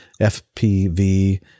FPV